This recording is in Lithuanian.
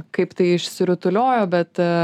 kaip tai išsirutuliojo bet